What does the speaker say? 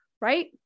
right